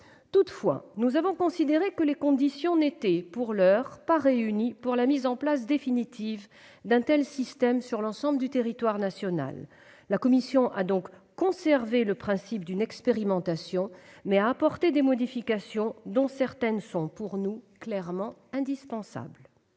Toutefois, nous avons considéré que les conditions n'étaient, pour l'heure, pas réunies pour la mise en place définitive d'un tel système sur l'ensemble du territoire national. La commission a donc conservé le principe d'une expérimentation, mais a apporté des modifications, dont certaines sont à nos yeux clairement indispensables.